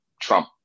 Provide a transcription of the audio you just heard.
Trump